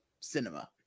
cinema